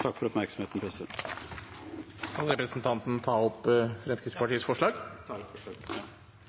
Takk for oppmerksomheten. Skal representanten ta opp Fremskrittspartiets forslag?